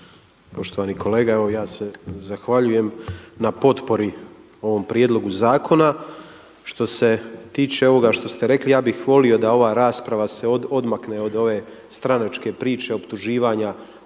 Poštovani kolega evo ja se zahvaljujem na potpori ovog prijedloga zakona. Što se tiče ovog što ste rekli, ja bih volio da ova rasprava se odmakne od ove stranačke prče optuživanja